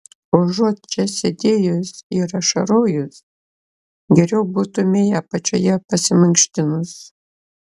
užuot čia sėdėjus ir ašarojus geriau būtumei apačioje pasimankštinus